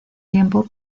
tiempo